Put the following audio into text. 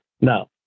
no